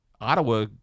Ottawa